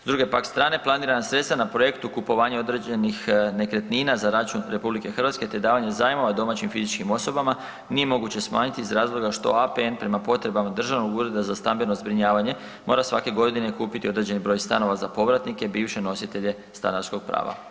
S druge pak strane planirana sredstva na projektu kupovanja određenih nekretnina za račun RH te davanje zajmova domaćim fizičkim osobama nije moguće smanjiti iz razloga što APN prema potrebama Državnog ureda za stambeno zbrinjavanje mora svake godine kupiti određeni broj stanova za povratnike bivše nositelje stanarskog prava.